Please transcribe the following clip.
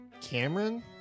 Cameron